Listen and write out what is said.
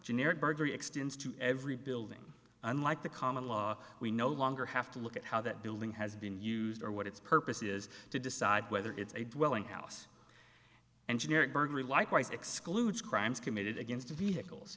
generic burglary extends to every building unlike the common law we no longer have to look at how that building has been used or what its purpose is to decide whether it's a dwelling house and generic burglary likewise excludes crimes committed against vehicles